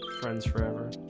friends forever